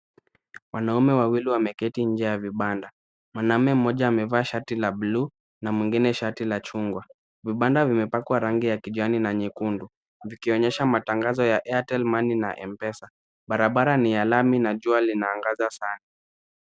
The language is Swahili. Wanaume wawili wameketi nje ya vibanda. Mwanaume mmoja amevaa shati la blue na mwingine shati la chungwa. Vibanda vimepakwa rangi ya kijani na nyekundu vikionyesha matangazo ya Airtel money na Mpesa. Barabara ni ya lami na jua linaangaza sana.